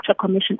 Commission